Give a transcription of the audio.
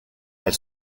elle